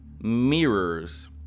mirrors